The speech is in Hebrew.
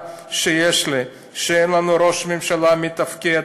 שיש לי: שאין לנו ראש ממשלה מתפקד,